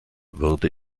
würde